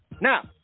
Now